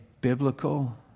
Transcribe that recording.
biblical